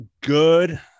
good